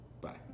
Bye